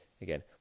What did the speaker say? Again